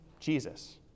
Jesus